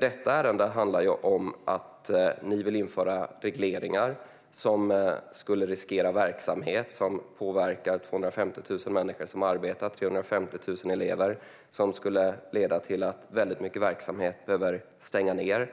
Detta ärende handlar om att ni vill införa regleringar som skulle riskera verksamhet som påverkar 250 000 människor som arbetar och 350 000 elever. Det skulle leda till att många verksamheter skulle behöva stänga ned.